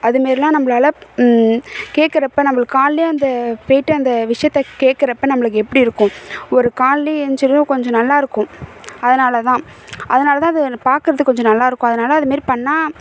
அது மாரிலாம் நம்மளால கேட்குறப்ப நம்மளுக்கு காலைலையே அந்த போயிட்டு அந்த விஷயத்தை கேட்குறப்ப நம்மளுக்கு எப்படி இருக்கும் ஒரு காலைலே ஏழுஞ்ச்சதும் கொஞ்சம் நல்லா இருக்கும் அதனால் தான் அதனால் அது பார்க்கறதுக்கு கொஞ்சம் நல்லா இருக்கும் அதனால் அதே மாரி பண்ணால்